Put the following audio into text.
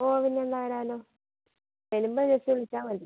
ഓ പിന്നെന്താ വരാലോ വരുമ്പോൾ ജസ്റ്റ് വിളിച്ചാൽ മതി